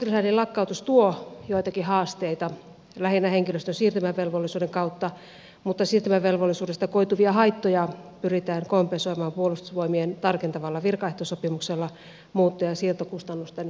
sotilasläänien lakkautus tuo joitakin haasteita lähinnä henkilöstön siirtymävelvollisuuden kautta mutta siirtymävelvollisuudesta koituvia haittoja pyritään kompensoimaan puolustusvoimien tarkentavalla virkaehtosopimuksella muutto ja siirtokustannusten korvaamisesta